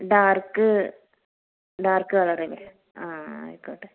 dark dark colour തന്നെയാണ് ആയിക്കോട്ടെ